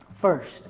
first